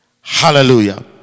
Hallelujah